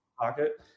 pocket